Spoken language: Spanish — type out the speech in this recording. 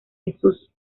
jesús